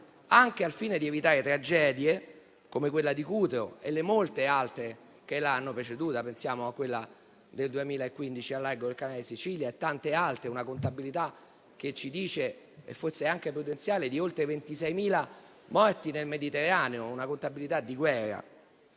anche al fine di evitare tragedie come quella di Cutro e le molte altre che l'hanno preceduta: pensiamo a quella del 2015, al largo del Canale di Sicilia, e a tante alte. La contabilità, forse anche prudenziale, ci parla infatti di oltre 26.000 morti nel Mediterraneo: è una contabilità di guerra.